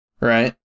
right